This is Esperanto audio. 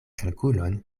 kalkulon